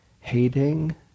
hating